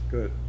Good